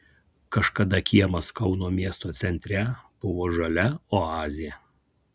kažkada kiemas kauno miesto centre buvo žalia oazė